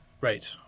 Right